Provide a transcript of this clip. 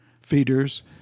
feeders